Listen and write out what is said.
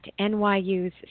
NYU's